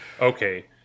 Okay